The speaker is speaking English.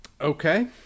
Okay